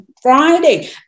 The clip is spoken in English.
friday